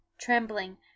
trembling